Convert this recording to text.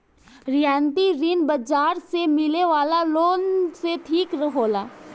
रियायती ऋण बाजार से मिले वाला लोन से ठीक होला